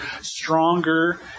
stronger